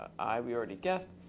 i we already guessed.